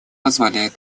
позволяет